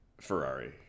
Ferrari